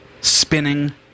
spinning